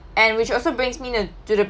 and which also brings me th~ to the